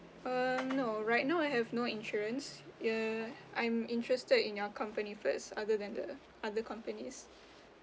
uh no right now I have no insurance uh I'm interested in your company first other than the other companies